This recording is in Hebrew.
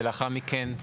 ולאחר מכן גם